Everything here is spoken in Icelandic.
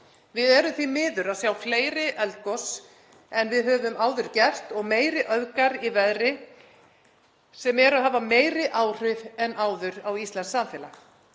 Við erum því miður að sjá fleiri eldgos en við höfum áður gert og meiri öfgar í veðri sem hafa meiri áhrif en áður á íslenskt samfélag.